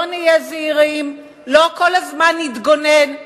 לא נהיה זהירים, לא כל הזמן נתגונן.